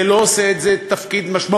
זה לא עושה את זה תפקיד משמעותי.